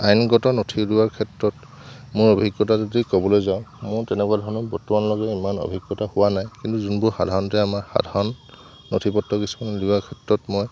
আইনগত নথি উলিওৱাৰ ক্ষেত্ৰত মোৰ অভিজ্ঞতা যদি ক'বলৈ যাওঁ মোৰ তেনেকুৱা ধৰণৰ বৰ্তমানলৈকে ইমান অভিজ্ঞতা হোৱা নাই কিন্তু যোনবোৰ সাধাৰণতে আমাৰ সাধাৰণ নথি পত্ৰ কিছুমান উলিওৱাৰ ক্ষেত্ৰত মই